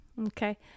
okay